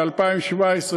ל-2017,